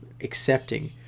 accepting